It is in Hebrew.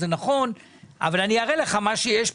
זה נכון אבל אני אראה לך מה שיש פה.